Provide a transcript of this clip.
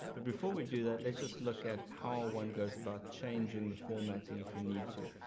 but before we do that, let's just look at how one goes about changing the formatting if you need to.